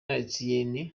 etienne